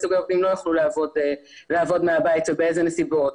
סוגי עובדים לא יוכלו לעבוד מהבית ובאיזה נסיבות,